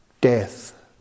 death